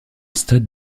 stade